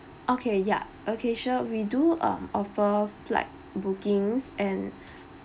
okay yup okay sure we do um offer flight bookings and